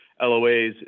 LOAs